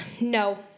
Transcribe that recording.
no